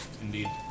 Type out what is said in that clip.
Indeed